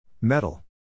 Metal